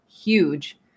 huge